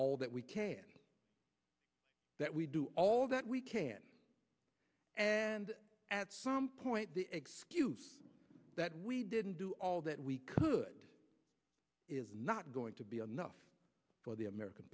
all that we can that we do all that we can and at some point the excuse that we didn't do all that we could is not going to be enough for the american